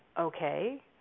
okay